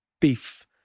beef